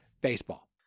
baseball